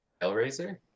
hellraiser